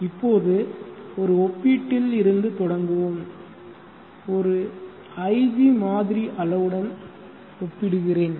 இப்போது ஒரு ஒப்பீட்டில் இருந்து தொடங்குவோம் ஒரு ig மாதிரி அளவுடன் ஒப்பிடுகிறேன்